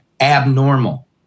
abnormal